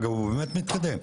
אגב הוא באמת מתקדם.